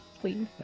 Please